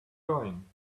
going